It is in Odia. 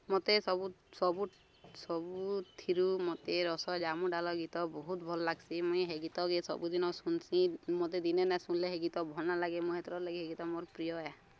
ମତେ ସବୁଥିରୁ ମତେ ରସ ଜାମୁଁ ଡାଲି ଗୀତ ବହୁତ ଭଲ ଲାଗ୍ସି ମୁଇଁ ହେଇ ଗୀତ କେ ସବୁଦିନ ଶୁଣସି ମତେ ଦିନେ ନା ଶୁଣିଲେ ହେଇ ଗୀତ ଭଲ ନଲାଗେ ମୁଇଁ ହେଥିର ଲାଗି ଗୀତ ମୋ ପ୍ରିୟହେ